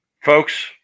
folks